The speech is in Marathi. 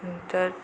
नंतर